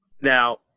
Now